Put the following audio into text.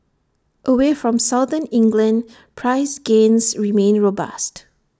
away from southern England price gains remain robust